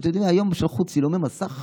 אתה יודע, היום שלחו צילומי מסך